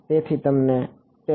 તેથી તમે તેને મફતમાં મેળવો છો